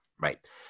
Right